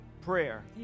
prayer